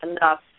enough